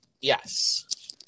Yes